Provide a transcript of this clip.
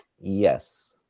Yes